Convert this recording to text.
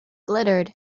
glittered